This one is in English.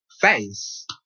face